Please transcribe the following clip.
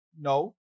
No